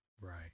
Right